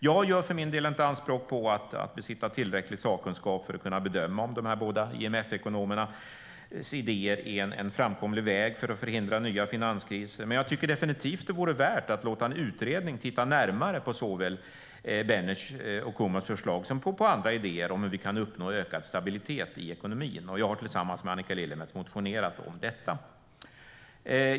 Jag gör inte anspråk på att besitta tillräcklig sakkunskap för att kunna bedöma om dessa båda IMF-ekonomernas idéer är en framkomlig väg för att förhindra nya finanskriser. Men det vore definitivt värt att låta en utredning titta närmare på såväl Benes och Kumhofs förslag som andra idéer om hur vi kan uppnå ökad stabilitet i ekonomin. Jag har tillsammans med Annika Lillemets motionerat om detta.